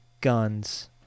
guns